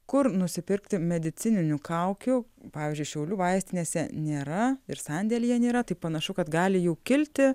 kur nusipirkti medicininių kaukių pavyzdžiui šiaulių vaistinėse nėra ir sandėlyje nėra tai panašu kad gali jau kilti